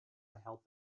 help